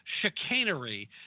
chicanery